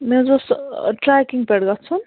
مےٚ حظ اوس ٹرٛیٚکِنٛگ پٮ۪ٹھ گَژھُن